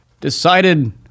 decided